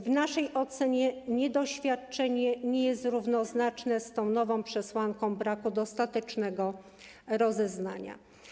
W naszej ocenie brak doświadczenia nie jest równoznaczne z tą nową przesłanką dotyczącą braku dostatecznego rozeznania.